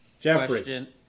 Jeffrey